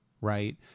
right